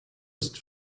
ist